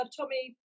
Tommy